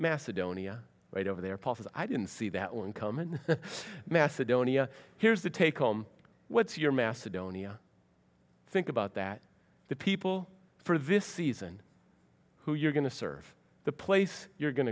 macedonia right over there paul says i didn't see that one come in macedonia here's the take home what's your macedonia think about that the people for this season who you're going to serve the place you're going